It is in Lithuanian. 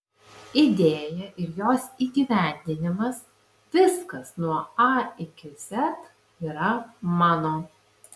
idėja ir jos įgyvendinimas viskas nuo a iki z yra mano